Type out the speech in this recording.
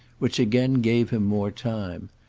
which again gave him more time.